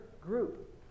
group